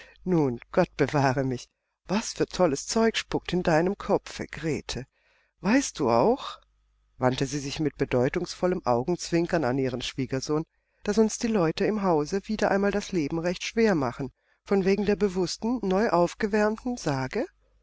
nun gott bewahre mich was für tolles zeug spukt in deinem kopfe grete weißt du auch wandte sie sich mit bedeutungsvollem augenzwinkern an ihren schwiegersohn daß uns die leute im hause wieder einmal das leben recht schwer machen von wegen der bewußten neuaufgewärmten sage